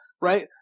right